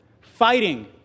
fighting